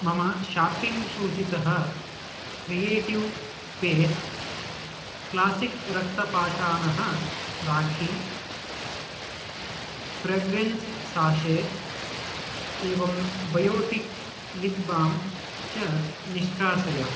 मम शाप्पिङ्ग् सूचीतः creative space classic रक्तपाषाणः राखि फ्रेग्रेन्स् साशे एवं बैयोटीक् लिप् बाम् च निष्कासय